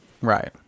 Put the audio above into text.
Right